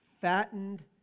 fattened